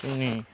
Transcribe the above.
जोंनि